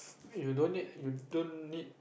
you don't need you don't need